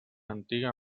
antiga